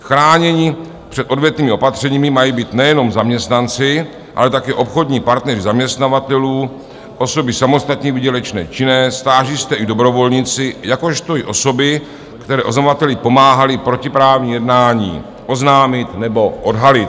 Chráněni před odvetnými opatřeními mají být nejenom zaměstnanci, ale také obchodní partneři zaměstnavatelů, osoby samostatně výdělečné činné, stážisté i dobrovolníci, jakožto i osoby, které oznamovateli pomáhaly protiprávní jednání oznámit nebo odhalit.